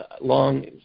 long